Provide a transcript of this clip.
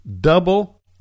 double